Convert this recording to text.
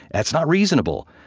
that's not reasonable.